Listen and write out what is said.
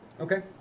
Okay